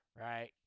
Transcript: right